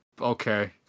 okay